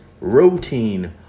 routine